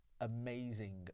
amazing